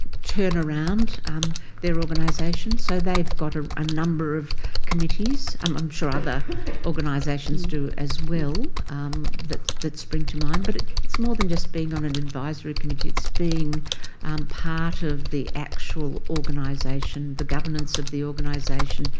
turn around um their organisation. so they've got a ah number of committees. i'm sure other organisations do as well that that spring to mind. but it's more than just being on an advisory committee. it's being part of the actual organisation, the governance of the organisation,